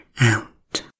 out